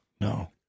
No